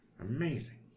Amazing